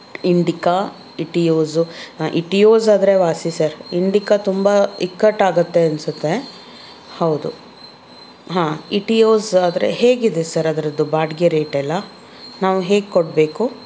Indica Etios ಹಾಂ Etios ಆದರೆ ವಾಸಿ ಸರ್ ಇಂಡಿಕಾ ತುಂಬ ಇಕ್ಕಟ್ಟಾಗತ್ತೆ ಅನ್ಸತ್ತೆ ಹೌದು ಹಾಂ ಇಟಿಯೋಝ್ ಆದರೆ ಹೇಗಿದೆ ಸರ್ ಅದರದ್ದು ಬಾಡಿಗೆ ರೇಟ್ ಎಲ್ಲ ನಾವು ಹೇಗೆ ಕೊಡಬೇಕು